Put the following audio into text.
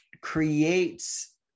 creates